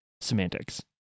semantics